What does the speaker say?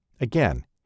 Again